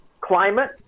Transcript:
climate